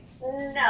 No